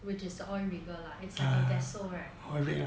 oil rigger lah it's like a vessel right